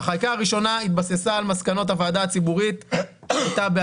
החקיקה הראשונה התבססה על מסקנות הוועדה הציבורית מ-2016-2015.